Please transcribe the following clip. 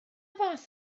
fath